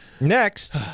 Next